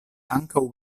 ankaŭ